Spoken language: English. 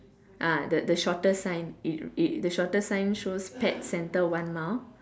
ah the the shorter sign it it the shortest sign shows pet centre one mile